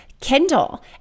Kindle